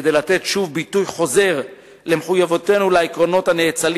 כדי לתת ביטוי חוזר למחויבותנו לעקרונות הנאצלים